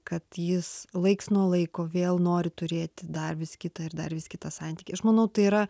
kad jis laiks nuo laiko vėl nori turėti dar vis kitą ir dar vis kitą santykį aš manau tai yra